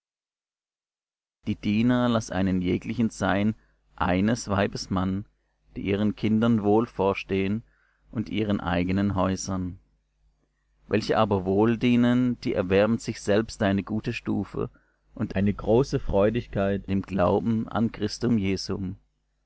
die diener laß einen jeglichen sein eines weibes mann die ihren kindern wohl vorstehen und ihren eigenen häusern welche aber wohl dienen die erwerben sich selbst eine gute stufe und eine große freudigkeit im glauben an christum jesum